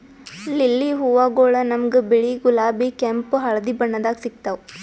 lily ಹೂವಗೊಳ್ ನಮ್ಗ್ ಬಿಳಿ, ಗುಲಾಬಿ, ಕೆಂಪ್, ಹಳದಿ ಬಣ್ಣದಾಗ್ ಸಿಗ್ತಾವ್